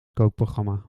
kookprogramma